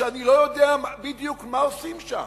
שאני לא יודע בדיוק מה עושים שם.